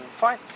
fine